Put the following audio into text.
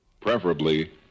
preferably